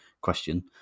question